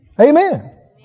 Amen